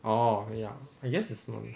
oh really ah I guess it's not